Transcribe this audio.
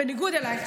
בניגוד אלייך,